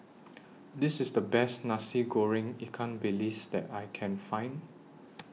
This IS The Best Nasi Goreng Ikan Bilis that I Can Find